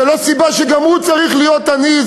זה לא סיבה שגם הוא צריך להיות עני,